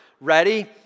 Ready